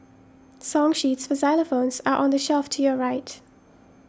song sheets for xylophones are on the shelf to your right